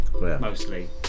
Mostly